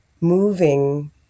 moving